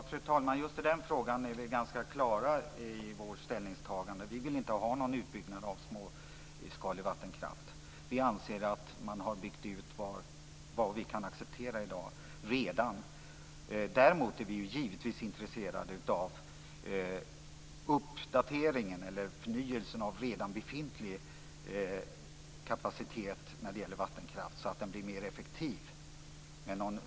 Fru talman! I just den frågan är vi klara i vårt ställningstagande. Vi vill inte ha någon utbyggnad av småskalig vattenkraft. Vi anser att man har byggt ut vad som kan accepteras i dag. Däremot är vi givetvis intresserade av förnyelsen av redan befintlig kapacitet i vattenkraften så att den blir mer effektiv.